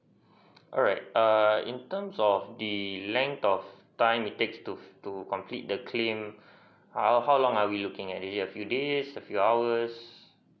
alright err in terms of the length of time it takes to to complete the claim how how long are we looking at is it a few days a few hours